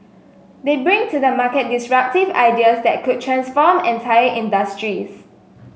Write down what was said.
they bring to the market disruptive ideas that could transform entire industries